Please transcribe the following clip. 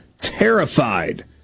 terrified